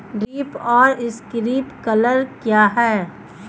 Drip और sprinkler क्या हैं?